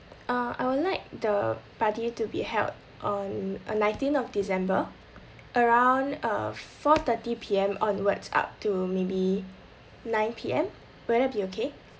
uh I would like the party to be held on a nineteen of december around uh four thirty P_M onwards up to maybe nine P_M would that be okay